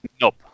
Nope